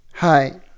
Hi